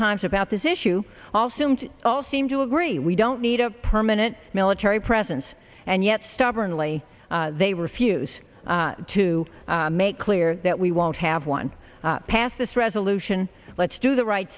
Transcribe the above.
times about this issue all sins all seem to agree we don't need a permanent military presence and yet stubbornly they refuse to make clear that we won't have one pass this resolution let's do the right